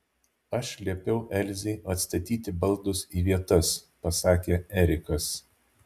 aš liepiau elzei atstatyti baldus į vietas pasakė erikas